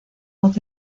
voz